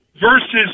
versus